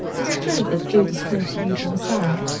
is it true that judas claims to be the messiah?